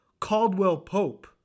Caldwell-Pope